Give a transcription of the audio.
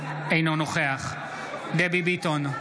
אינו נוכח דבי ביטון,